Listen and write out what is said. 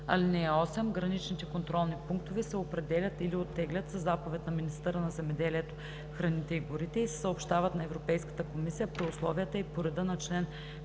му. (8) Граничните контролни пунктове се определят или оттеглят със заповед на министъра на земеделието, храните и горите и се съобщават на Европейската комисия при условията и по реда на чл.